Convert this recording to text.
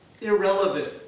irrelevant